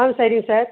ஆ சரிங்க சார்